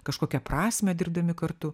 kažkokią prasmę dirbdami kartu